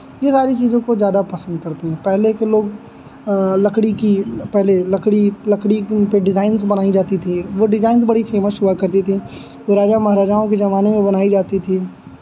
ये सारी चीज़ों को ज़्यादा पसंद करते हैं पहले के लोग लकड़ी की पहले लकड़ी लकड़ी उनपे डिज़ाइंस बनाई जाती थीं वो डिज़ाइन्ज़ बड़ी फे़मस हुआ करती थीं वो राजा महाराजाओं के ज़माने में बनाई जाती थीं